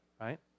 Right